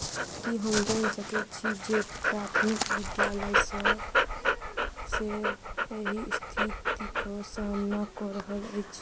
की हम जानि सकैत छी जे प्राथमिक विद्यालयसभ से एहि स्थितिके सामना कऽ रहल अछि